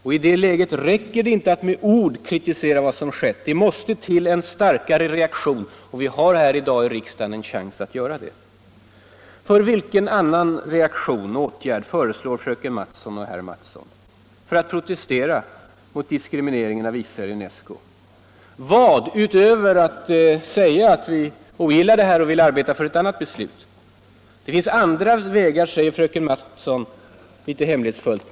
Och i det läget räcker det inte att med ord kritisera vad som skett — det måste till en starkare reaktion, och vi har i dag i riksdagen den möjligheten. För vilken annan reaktion och åtgärd föreslår fröken Mattson och herr Mattsson i Lane-Herrestad för att protestera mot diskrimineringen av Israel i UNESCO? Det finns andra vägar, säger fröken Mattson litet hemlighetsfullt.